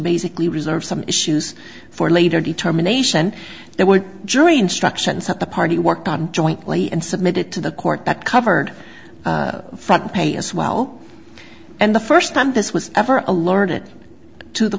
basically reserve some issues for later determination there were a jury instructions that the party worked on jointly and submitted to the court that covered front page as well and the first time this was ever alerted to the